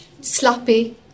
sloppy